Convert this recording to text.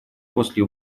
после